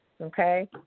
Okay